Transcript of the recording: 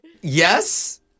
Yes